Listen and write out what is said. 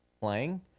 playing